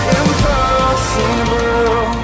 impossible